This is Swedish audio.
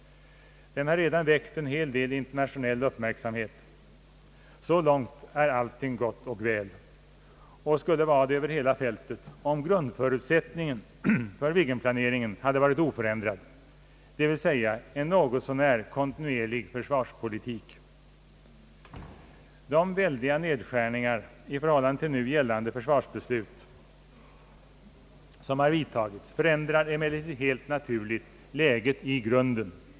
Den har redan väckt en hel del internationell uppmärksamhet. Så långt är allting gott och väl, och skulle vara det över hela fältet om grundförutsättning en för Viggenplaneringen hade varit oförändrad, d. v. s. en något så när kontinuerig försvarspolitik. De stora nedskärningarna i förhållande till det nu gällande försvarsbeslut förändrar emellertid helt naturligt läget i grunden.